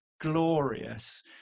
glorious